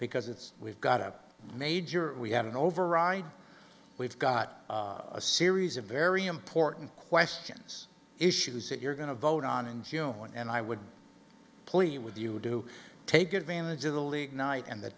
because it's we've got a major we have an override we've got a series of very important questions issues that you're going to vote on in june and i would play with you do take advantage of the league night and the